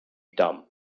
dumb